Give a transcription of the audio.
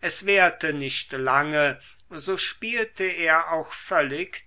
es währte nicht lange so spielte er auch völlig